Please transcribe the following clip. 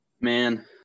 man